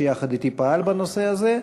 שיחד אתי פעל בנושא הזה,